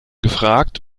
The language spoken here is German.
gefragt